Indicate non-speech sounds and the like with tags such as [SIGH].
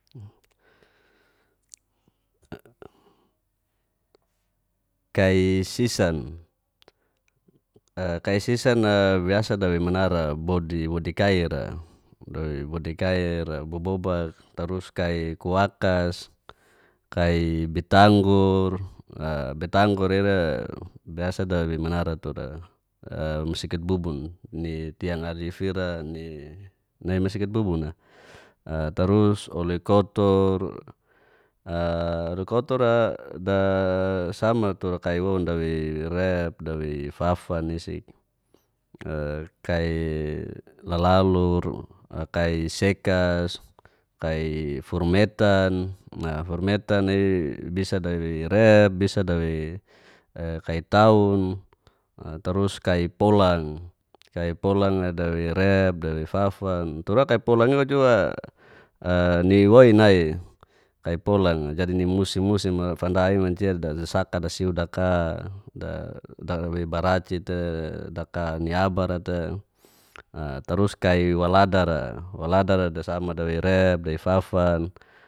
[HESITATION] kai sisan, a kai sisan a biasa dawei manara bodi bodi kaira. dawei bodi kaira bo bobak tarus kai kuwakas, kai bitanggur, a bitanggur ra ira biasa dawei manara tura a masikit bubun ni tiang alif ira ni nai masikit bubun na. a tarus ole kotor a ole kotor a da sama tura kai woun dawei rep dawei fafan isik a kai lalalur, kai sekas, kai furmetan, a furmetan i bisa dawei rep bisa dawei e kai taun a tarus kai polang, kai polanga dawei rep dawei fafan tura kai polang iwa jua a ni woi nai kai polang a jadi ni musim musim fanda ia mancia da dasaka dasiu daka da da wei baraci te daka ni abara te a tarus kai waladar a, kai waladar a dasama dawei rep dawei fafan